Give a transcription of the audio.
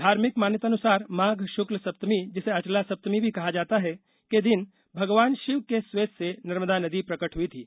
धार्मिक मान्यतानुसार माघ शुक्ल सप्तमी जिसे अचला सप्तमी भी कहा जाता है के दिन भगवान शिव के स्वेद से नर्मदा नदी प्रकट हुई थीं